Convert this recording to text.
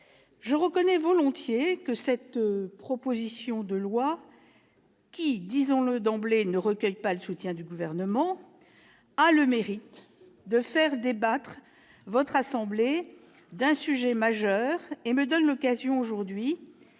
je reconnais volontiers que cette proposition de loi qui, disons-le d'emblée, ne recueille pas le soutien du Gouvernement, a le mérite de faire débattre votre assemblée d'un sujet majeur. Elle me donne l'occasion aujourd'hui